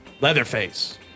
Leatherface